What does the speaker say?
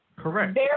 Correct